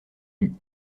lut